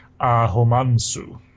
Ahomansu